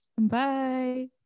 Bye